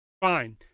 Fine